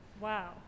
Wow